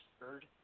Third